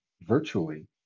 virtually